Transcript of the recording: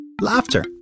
Laughter